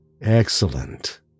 Excellent